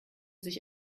sich